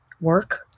work